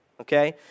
okay